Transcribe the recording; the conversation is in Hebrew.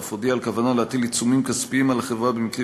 ואף הודיע על כוונתו להטיל עיצומים כספיים על החברה במקרים